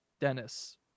Dennis